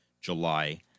July